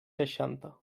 seixanta